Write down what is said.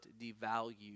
devalue